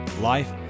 life